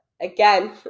again